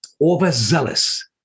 overzealous